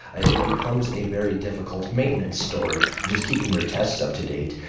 ah it becomes a very difficult maintenance story just keeping your tests up to date.